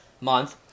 Month